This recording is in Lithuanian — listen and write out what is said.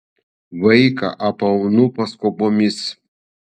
vaiką apaunu paskubomis